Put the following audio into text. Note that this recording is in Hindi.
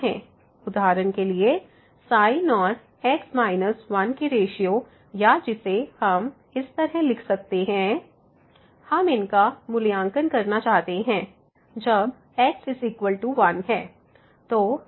उदाहरण के लिए sin x 1 x 1 sin और x माइनस 1 की रेशियो या जिसे हम तरह लिख सकते हैं x2 1x 1 हम इनका मूल्यांकन करना चाहते हैं जब x1 है